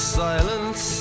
silence